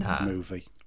movie